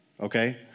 Okay